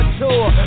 tour